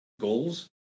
goals